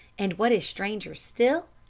and, what is stranger still,